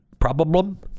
problem